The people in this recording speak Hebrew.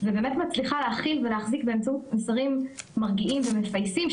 ובאמת מצליחה להכיל ולהחזיק באמצעות מסרים מרגיעים ומפייסים,